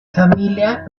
familia